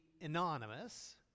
anonymous